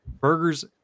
burgers